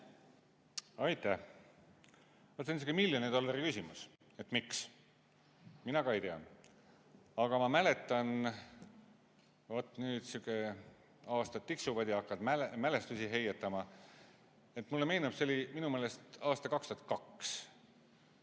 Aitäh! See on miljoni dollari küsimus, et miks. Mina ka ei tea. Aga ma mäletan ... Vaat nüüd, aastad tiksuvad ja hakkad mälestusi heietama. Aga mulle meenub, see oli minu meelest aastal 2002.